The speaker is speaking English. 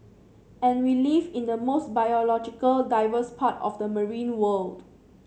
and we live in the most biological diverse part of the marine world